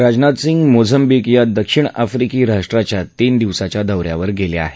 Rajnath Singh Mozambique या दक्षिण Africa राष्ट्राच्या तीन दिवसाच्या दौ यावर गेले आहेत